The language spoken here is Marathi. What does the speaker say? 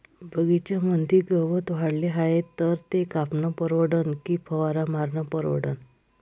बगीच्यामंदी गवत वाढले हाये तर ते कापनं परवडन की फवारा मारनं परवडन?